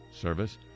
service